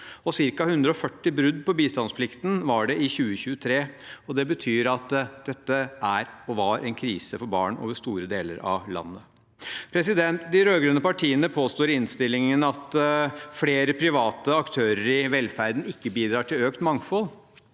ca. 140 brudd på bistandsplikten, og det betyr at dette er, og var, en krise for barn over store deler av landet. De rød-grønne partiene påstår i innstillingen at flere private aktører i velferden ikke bidrar til økt mangfold.